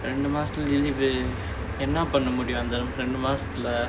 ரெண்டு மாசம்:rendu maasam leave eh என்ன பண்ண முடியும் அந்த ரெண்டு மாசத்துல:enna panna mudiyum antha rendu maasathula